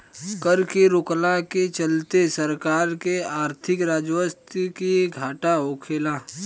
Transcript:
कर के रोकला के चलते सरकार के आर्थिक राजस्व के घाटा होखेला